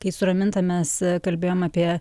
kai su raminta mes kalbėjom apie